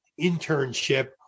internship